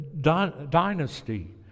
dynasty